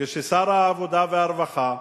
כששר העבודה והרווחה,